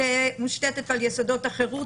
תהא מושתתת על יסודות החירות,